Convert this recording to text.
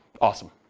Awesome